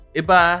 iba